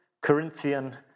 Corinthian